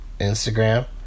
Instagram